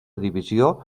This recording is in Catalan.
divisió